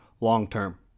long-term